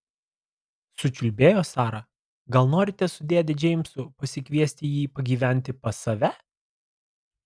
sučiulbėjo sara gal norite su dėde džeimsu pasikviesti jį pagyventi pas save